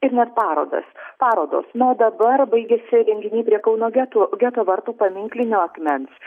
ir net parodas parodos na dabar baigiasi renginiai prie kauno getų geto vartų paminklinio akmens